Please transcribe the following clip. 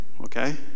okay